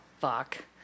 fuck